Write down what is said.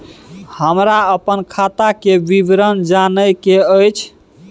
हमरा अपन खाता के विवरण जानय के अएछ?